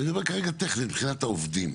אני אומר רגע טכנית, מבחינת העובדים.